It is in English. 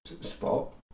spot